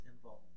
involved